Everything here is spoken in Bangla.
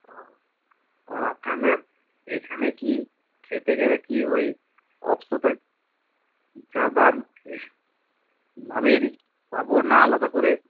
ও আর আপনাদের এইখানে কি খেতে গেলে কি ওই অফ সপের যা দাম দামেই পাব না আলাদা করে